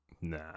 Nah